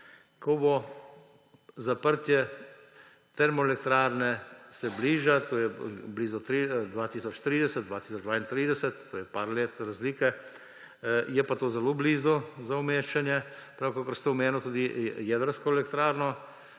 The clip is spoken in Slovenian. ko bo zaprtje termoelektrarne, ki se bliža, in sicer 2030, 2032, to je nekaj let razlike, je pa to zelo blizu za umeščanje. Pravkar ste omenili tudi jedrsko elektrarno.